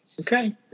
Okay